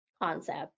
concept